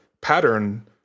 pattern